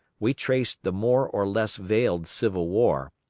we traced the more or less veiled civil war,